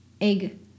egg